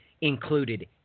included